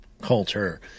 culture